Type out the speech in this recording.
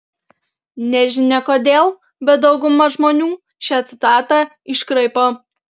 nežinia kodėl bet dauguma žmonių šią citatą iškraipo